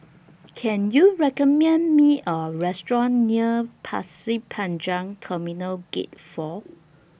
Can YOU recommend Me A Restaurant near Pasir Panjang Terminal Gate four